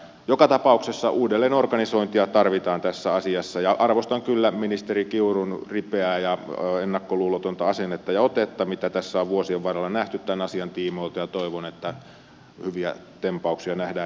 joka tapauksessa uudelleenorganisointia tarvitaan tässä asiassa ja arvostan kyllä ministeri kiurun ripeää ja ennakkoluulotonta asennetta ja otetta mitä tässä on vuosien varrella nähty tämän asian tiimoilta ja toivon että hyviä tempauksia nähdään jatkossakin